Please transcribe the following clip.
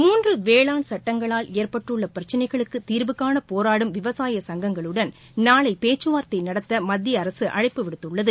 மூன்று வேளாண் சட்டங்களால் ஏற்பட்டுள்ள பிரச்சினைகளுக்கு தீர்வுகாண போராடும் விவசாய சங்கங்களுடன் நாளை பேச்சுவார்த்தை நடத்த மத்திய அரசு அழைப்பு விடுத்துள்ளது